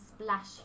Splash